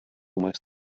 almost